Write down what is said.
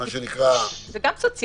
מה שנקרא נפשי -- זה גם סוציאלי,